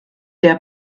der